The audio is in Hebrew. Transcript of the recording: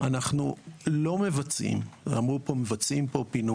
האחת הייתה בנושא המאבק בתאונות עבודה והשנייה הייתה בנושא של פיצוי,